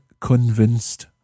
convinced